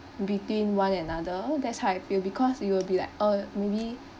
between one another that's how I feel because it will be like uh maybe